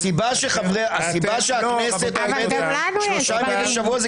הסיבה שהכנסת עובדת שלושה ימים בשבוע,